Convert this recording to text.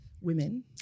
women